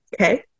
okay